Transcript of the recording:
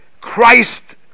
Christ